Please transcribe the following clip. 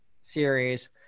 series